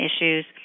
issues